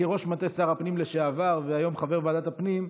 כראש מטה שר הפנים לשעבר והיום חבר ועדת הפנים,